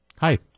Hi